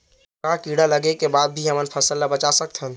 का कीड़ा लगे के बाद भी हमन फसल ल बचा सकथन?